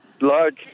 large